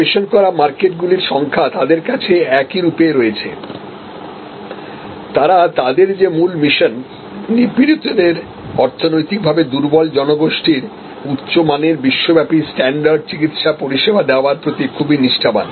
পরিবেশন করা মার্কেটগুলির সংখ্যা তাদের কাছে একইরূপে রয়েছে তারা তাদের যে মূল মিশন নিপীড়িত দের অর্থনৈতিক ভাবে দুর্বল জনগোষ্ঠীর উচ্চ মানের বিশ্বব্যাপী স্ট্যান্ডার্ড চিকিত্সা পরিষেবা দেওয়ারপ্রতিখুবই নিষ্ঠাবান